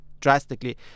drastically